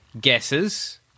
guesses